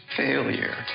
failure